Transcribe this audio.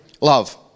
love